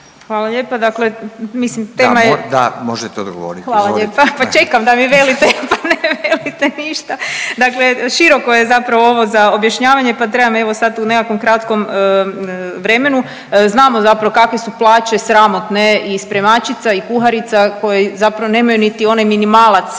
Hvala lijepa. …/Upadica Radin: Da, možete odgovoriti, izvolite./… Hvala lijepa, pa čekam da me velite pa ne velite ništa. Dakle, široko je zapravo ovo za objašnjavanje pa trebam evo sad u nekakvom kratkom vremenu. Znamo kakve su plaće sramotne i spremačica i kuharica koji zapravo nemaju niti onaj minimalac